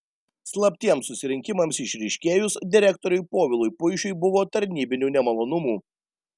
slaptiems susirinkimams išryškėjus direktoriui povilui puišiui buvo tarnybinių nemalonumų